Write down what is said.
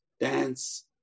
dance